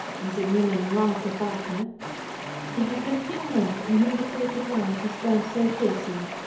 mr. newman writes of wagner there have been few men in whom the torch of life has burned so fiercely.